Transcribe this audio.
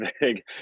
big